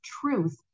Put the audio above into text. truth